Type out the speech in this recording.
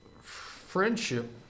friendship